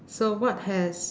so what has